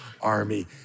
army